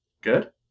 Good